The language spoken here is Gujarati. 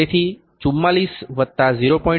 તેથી 44 વત્તા 0